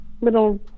little